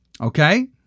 Okay